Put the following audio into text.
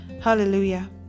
Hallelujah